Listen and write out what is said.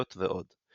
חיות ועוד.